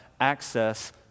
access